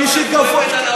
זה לא נכון משפטית.